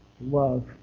love